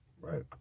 Right